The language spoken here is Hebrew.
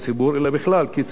אלא בכלל כציבור,